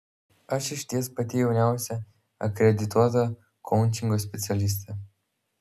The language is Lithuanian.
aš išties pati jauniausia akredituota koučingo specialistė